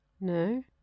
No